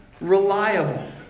reliable